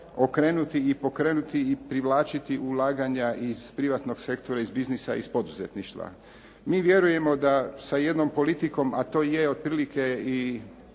okrenuti i pokrenuti i privlačiti ulaganja iz privatnog sektora, iz biznisa, iz poduzetništva. Mi vjerujemo da sa jednom politikom, a to je otprilike i